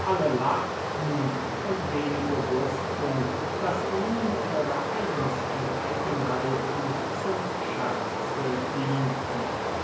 alle lachten und wenige wußten daß ihnen ihre eigensten eigenheiten zum scherze dienten